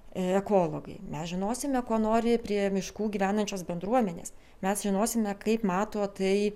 ekologai mes žinosime ko nori prie miškų gyvenančios bendruomenės mes žinosime kaip mato tai